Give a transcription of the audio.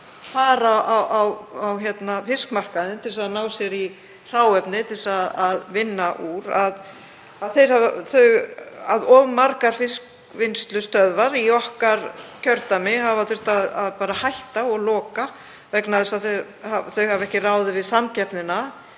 fara á fiskmarkaði til að ná sér í hráefni til að vinna úr, því að of margar fiskvinnslustöðvar í okkar kjördæmi hafa þurft að hætta og loka vegna þess að þær hafa ekki ráðið við samkeppnina